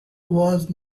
was